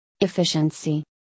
Efficiency